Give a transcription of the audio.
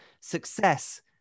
success